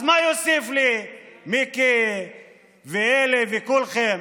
אז מה יוסיף לי מיקי ואלה וכולכם?